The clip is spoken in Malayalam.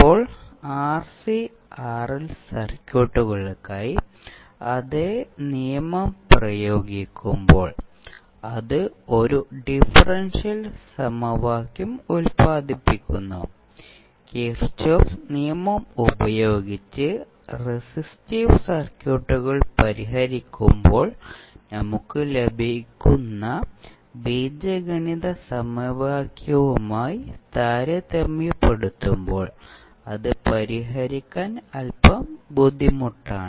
ഇപ്പോൾ ആർസി ആർഎൽ സർക്യൂട്ടുകൾക്കായി അതേ നിയമം പ്രയോഗിക്കുമ്പോൾ അത് ഒരു ഡിഫറൻഷ്യൽ സമവാക്യം ഉൽപാദിപ്പിക്കുന്നു കിർചോഫ്സ് നിയമം ഉപയോഗിച്ച് റെസിസ്റ്റീവ് സർക്യൂട്ടുകൾ പരിഹരിക്കുമ്പോൾ നമുക്ക് ലഭിക്കുന്ന ബീജഗണിത സമവാക്യവുമായി താരതമ്യപ്പെടുത്തുമ്പോൾ അത് പരിഹരിക്കാൻ അൽപം ബുദ്ധിമുട്ടാണ്